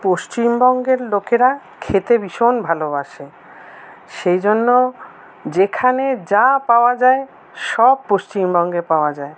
পশ্চিমবঙ্গের লোকেরা খেতে ভীষণ ভালোবাসে সেইজন্য যেখানে যা পাওয়া যায় সব পশ্চিমবঙ্গে পাওয়া যায়